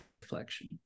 reflection